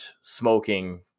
smoking